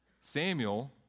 Samuel